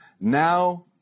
Now